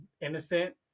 innocent